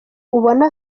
ubona